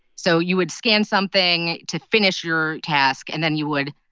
so you would scan something to finish your task. and then you would,